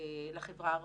לחברה הערבית,